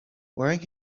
wearing